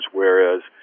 whereas